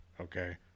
Okay